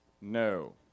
No